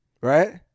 Right